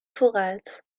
vooruit